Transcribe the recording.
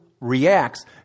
reacts